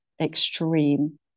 extreme